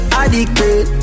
addicted